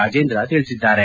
ರಾಜೇಂದ್ರ ತಿಳಿಸಿದ್ದಾರೆ